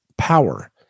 Power